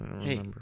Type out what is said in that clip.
Hey